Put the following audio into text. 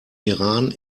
iran